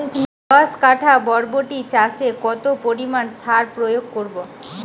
দশ কাঠা বরবটি চাষে কত পরিমাণ সার প্রয়োগ করব?